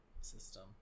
system